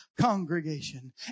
congregation